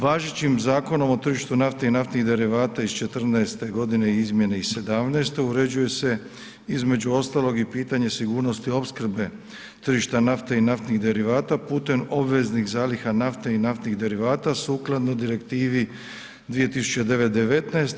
Važećim Zakonom o tržištu nafte i naftnih derivata iz 2014. godine i izmjene iz 2017. uređuje se između ostalog i pitanje sigurnosti opskrbe tržišta nafte i naftnih derivata putem obveznih zaliha nafte i naftnih derivata sukladno Direktivi 2009/